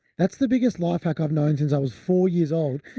that's the biggest life hack i've known since i was four years old.